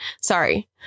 sorry